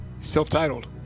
self-titled